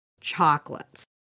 chocolates